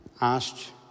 asked